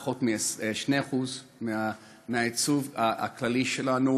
פחות מ-2% מהיצוא הכללי שלנו,